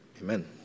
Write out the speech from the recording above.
amen